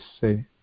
say